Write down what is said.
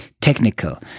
technical